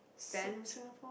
banned in Singapore